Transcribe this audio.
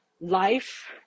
life